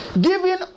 giving